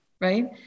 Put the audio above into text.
right